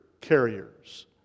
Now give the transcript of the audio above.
carriers